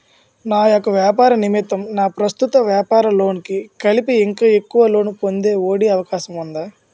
నా యెక్క వ్యాపార నిమిత్తం నా ప్రస్తుత వ్యాపార లోన్ కి కలిపి ఇంకా ఎక్కువ లోన్ పొందే ఒ.డి అవకాశం ఉందా?